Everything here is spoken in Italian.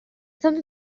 tanto